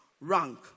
wrong